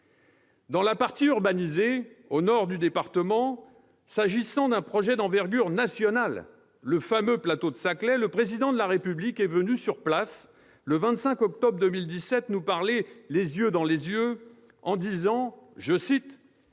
Dans la partie urbanisée, au nord du département, s'agissant d'un projet d'envergure nationale, le fameux plateau de Saclay, le Président de la République est venu sur place le 25 octobre 2017 nous parler, les yeux dans les yeux, en disant :« Je